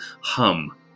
hum